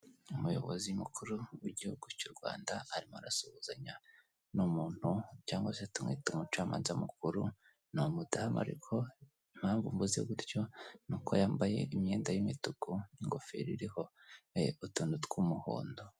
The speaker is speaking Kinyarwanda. Umuyobozi mukuru w'igihugu cy'u Rwanda, arimo arasuhuzanya n'umuntu cyangwa se tumwite umucamanza mukuru, ni umudamu ariko impamvu mvuze gutyo nuko yambaye imyenda y'imituku n'ingofero iriho utuntu tw'umuhondo.